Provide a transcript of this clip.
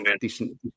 decent